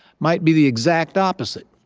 might be the exact opposite.